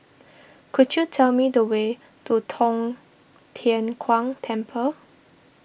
could you tell me the way to Tong Tien Kung Temple